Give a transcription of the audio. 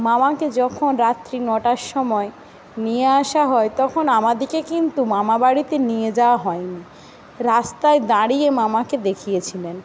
মামাকে যখন রাত্রি নটার সময় নিয়ে আসা হয় তখন আমাদিকে কিন্তু মামা বাড়িতে নিয়ে যাওয়া হয়নি রাস্তায় দাঁড়িয়ে মামাকে দেখিয়েছিলেন